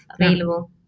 available